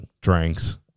drinks